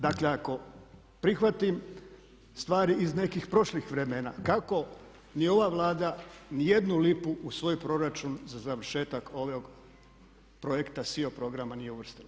Dakle, ako prihvatim stvari iz nekih prošlih vremena, kako ni ova Vlada ni jednu lipu u svoj proračun za završetak ovog projekta SEE-o programa nije uvrstila.